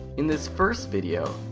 in this first video,